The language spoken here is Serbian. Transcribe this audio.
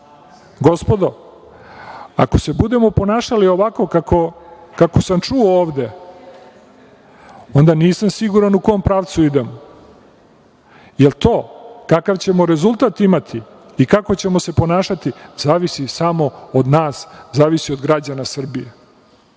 Gospodo, ako se budemo ponašali ovako kako sam čuo ovde, onda nisam siguran u kom pravdu idemo. Jel to, kakav ćemo rezultat imati i kako ćemo se ponašati, zavisi samo od nas, zavisi od građana Srbije,